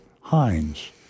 Hines